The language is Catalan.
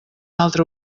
altre